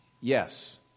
Yes